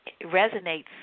resonates